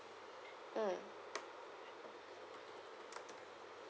mm